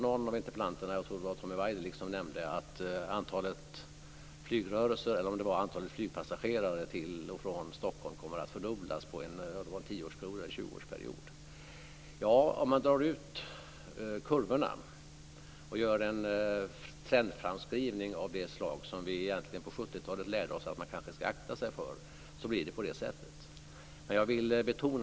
Tommy Waidelich nämnde att antalet flygpassagerare till och från Stockholm kommer att fördubblas på en tjugoårsperiod. Om man drar ut kurvorna och gör en trendframskrivning av det slag som vi på 70-talet lärde oss att man kanske ska akta sig för, blir det på det sättet.